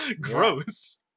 Gross